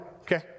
okay